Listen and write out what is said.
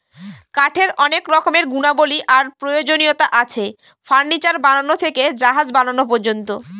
কাঠের অনেক রকমের গুণাবলী আর প্রয়োজনীয়তা আছে, ফার্নিচার বানানো থেকে জাহাজ বানানো পর্যন্ত